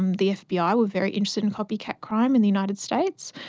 um the fbi ah were very interested in copycat crime in the united states,